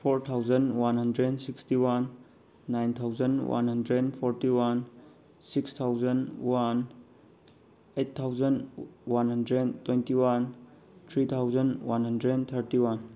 four thousand one hundred sixty one nine thousand one hundred forty one six thousand one eight thousand one hundred twenty one three thousand one hundred thirty one